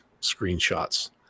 screenshots